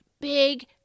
big